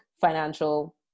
financial